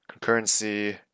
concurrency